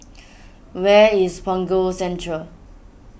where is Punggol Central